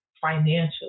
financially